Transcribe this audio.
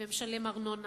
משלם ארנונה,